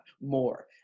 more